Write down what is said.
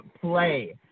play